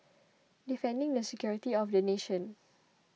defending the security of the nation